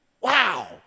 Wow